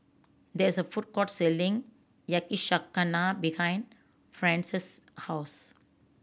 there is a food court selling Yakizakana behind Frances' house